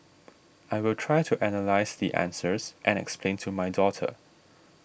I will try to analyse the answers and explain to my daughter